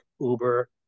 Uber